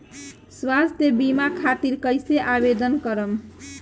स्वास्थ्य बीमा खातिर कईसे आवेदन करम?